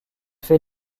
fait